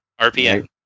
RPM